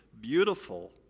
beautiful